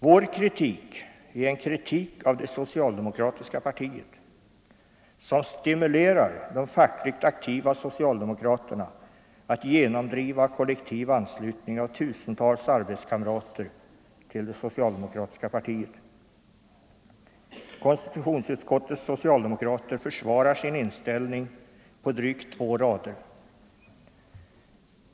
Vår kritik är en kritik av det socialdemokratiska partiet, som stimulerar de fackligt aktiva socialdemokraterna att genomdriva kollektiv anslutning Konstitutionsutskottets socialdemokrater försvarar sin inställning på drygt två rader.